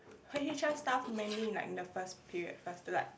h_r stuff mainly like in the first period first to like